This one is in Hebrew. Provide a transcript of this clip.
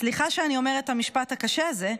סליחה שאני אומרת את המשפט הקשה הזה,